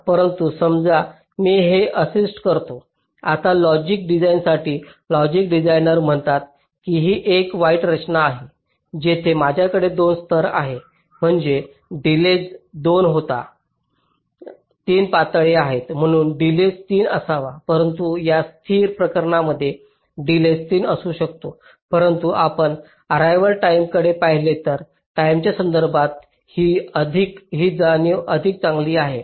परंतु समजा मी हे असेच करतो आता लॉजिक डिझाइनरसाठी लॉजिक डिझाइनर म्हणतात की ही एक वाईट रचना आहे येथे माझ्याकडे 2 स्तर आहे म्हणजे डिलेज 2 होता 3 पातळी आहे म्हणून डिलेज तीन असावा परंतु या स्थिर प्रकरणांमध्ये डिलेज 3 असू शकतो परंतु आपण अर्रेवाल टाईमकडे पाहिले तर टाईमच्या संदर्भात ही जाणीव अधिक चांगली आहे